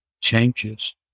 changes